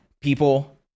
people